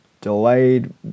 delayed